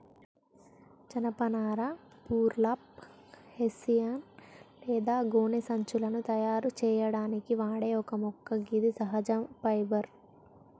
జనపనార burlap, hessian లేదా గోనె సంచులను తయారు సేయడానికి వాడే ఒక మొక్క గిది సహజ ఫైబర్